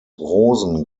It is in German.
rosen